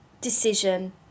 decision